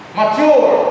mature